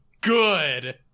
good